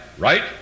Right